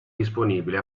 disponibile